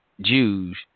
Jews